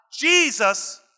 Jesus